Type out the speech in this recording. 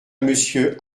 monsieur